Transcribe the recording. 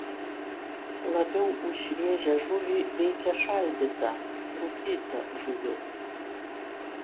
labiau už šviežią žuvį veikia šaldyta rūkyta žuvis